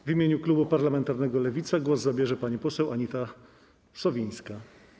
W imieniu klubu parlamentarnego Lewicy głos zabierze pani poseł Anita Sowińska.